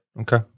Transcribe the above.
Okay